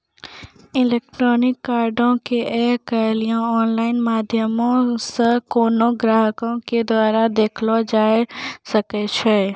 electronic कार्डो के आइ काल्हि आनलाइन माध्यमो से कोनो ग्राहको के द्वारा देखलो जाय सकै छै